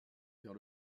vers